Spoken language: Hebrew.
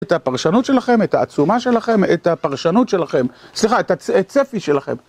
את הפרשנות שלכם, את העצומה שלכם, את הפרשנות שלכם, סליחה, את הצפי שלכם.